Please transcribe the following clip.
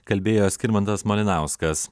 kalbėjo skirmantas malinauskas